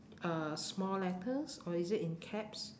uh small letters or is it in caps